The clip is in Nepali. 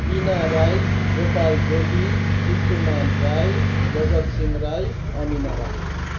बिना राई गोपाल जोगी किर्तुमान राई जगतसिंह राई अमिना राई